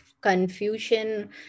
confusion